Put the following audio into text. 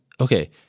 okay